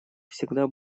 всегда